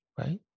right